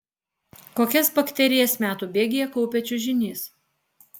kokias bakterijas metų bėgyje kaupia čiužinys